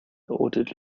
ordered